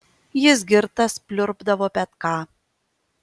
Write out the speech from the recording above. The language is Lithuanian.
jis girtas pliurpdavo bet ką